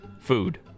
food